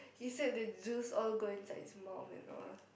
is that the juice all go inside his mouth and all